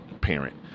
parent